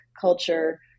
culture